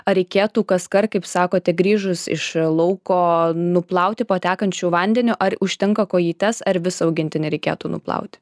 ar reikėtų kaskart kaip sakote grįžus iš lauko nuplauti po tekančiu vandeniu ar užtenka kojytes ar visą augintinį reikėtų nuplauti